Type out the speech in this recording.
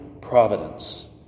providence